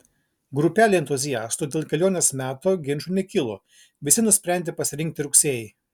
grupelei entuziastų dėl kelionės meto ginčų nekilo visi nusprendė pasirinkti rugsėjį